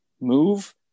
move